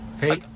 Hey